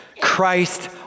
Christ